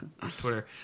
twitter